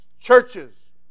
churches